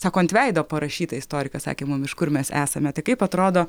sako ant veido parašyta istorikas sakė mum iš kur mes esame tai kaip atrodo